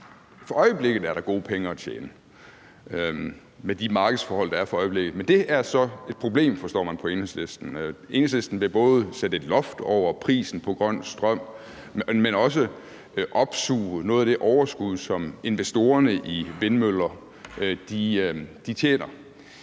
for øjeblikket er der gode penge at tjene, med de markedsforhold, der er for øjeblikket. Men det er så et problem, forstår man på Enhedslisten. Enhedslisten vil både sætte et loft over prisen på grøn strøm, men også opsuge noget af det overskud, som investorerne i vindmøller tjener.